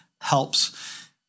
helps